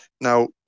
Now